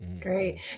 Great